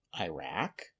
Iraq